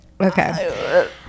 Okay